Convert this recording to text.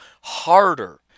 harder